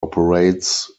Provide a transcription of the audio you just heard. operates